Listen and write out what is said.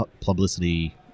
publicity